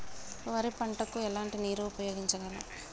వరి పంట కు ఎలాంటి నీరు ఉపయోగించగలం?